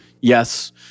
yes